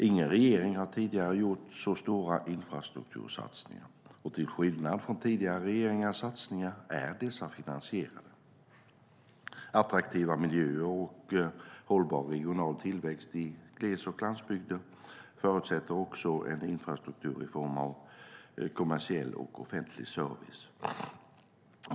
Ingen regering har tidigare gjort så stora infrastruktursatsningar, och till skillnad från tidigare regeringars satsningar är dessa finansierade. Attraktiva miljöer och hållbar regional tillväxt i gles och landsbygder förutsätter också en infrastruktur i form av kommersiell och offentlig service.